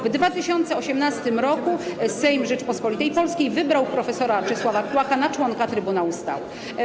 W 2018 r. Sejm Rzeczypospolitej Polskiej wybrał prof. Czesława Kłaka na członka Trybunału Stanu.